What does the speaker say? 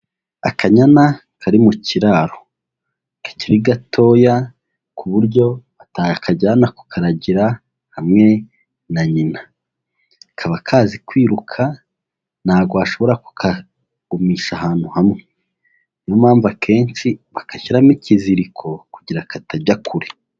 Akanyana kari mu kiraro, kakiri gatoya ku buryo batakajyana kukaragira hamwe na nyina. Kaba kazi kwiruka ntabwo washobora kukagumisha ahantu hamwe, niyo mpamvu akenshi bagashyiramo ikiziriko kugira katajya kure.